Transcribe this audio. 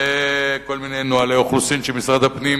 וכל מיני נוהלי אוכלוסין שמשרד הפנים